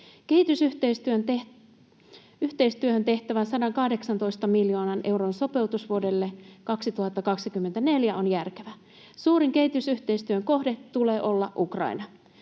Kehitysyhteistyöhön tehtävä 118 miljoonan euron sopeutus vuodelle 2024 on järkevä. Suurin kehitysyhteistyön kohde tulee olla Ukraina.